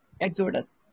Exodus